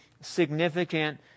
significant